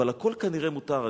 אבל הכול כנראה מותר.